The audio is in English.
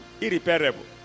irreparable